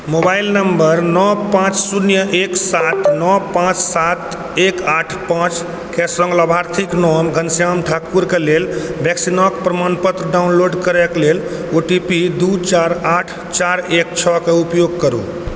mobile number नौ पाँच शून्य एक सात नौ पाँच सात एक आठ पाँचके सङ्ग लाभार्थीके नाम घनश्याम ठाकुरके लेल वैक्सीनके प्रमाणपत्र डाउनलोड करै लेल ओ टी पी दू चारि आठ चारि एक छओके उपयोग करू